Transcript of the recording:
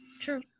True